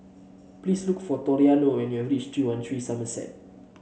please look for Toriano when you have reach three one three Somerset